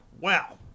wow